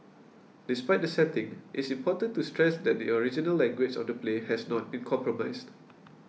despite the setting it's important to stress that the original language of the play has not been compromised